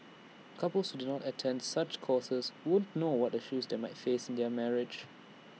couples who don't attend such courses won't know what issues they might face in their marriage